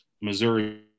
Missouri